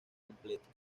completo